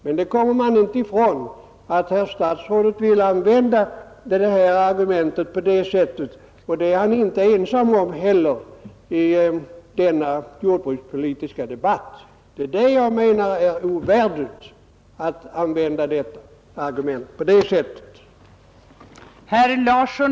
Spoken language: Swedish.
Man kommer inte ifrån att herr statsrådet vill använda siffran på det sättet, och det är han inte heller ensam om i den jordbrukspolitiska debatten. Vad jag menar är ovärdigt är att man på det sättet använder siffran som ett argument.